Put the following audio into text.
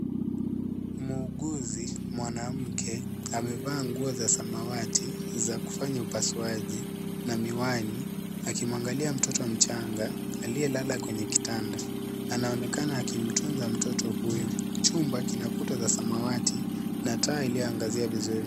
Mhuuguzi mwanamke amevaa nguo za samawati za kufanya upasuaji,, na miwani akimuangalia mtoto mchanga aliyelala kwenye kitanda, anaonekana akimtumza mtoto huyo chumba kuna kuta la samawati na taa iliyoangazia vizuri.